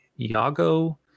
Iago